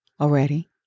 already